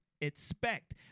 expect